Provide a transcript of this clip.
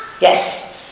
Yes